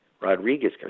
Rodriguez